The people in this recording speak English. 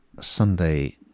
sunday